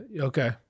Okay